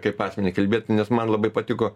kaip asmenį kalbėt nes man labai patiko